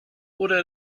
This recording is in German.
oder